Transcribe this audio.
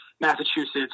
Massachusetts